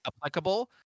applicable